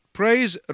praise